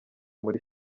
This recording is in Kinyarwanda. muri